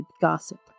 Gossip